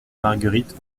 margueritte